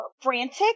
frantic